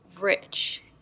rich